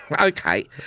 Okay